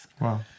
Wow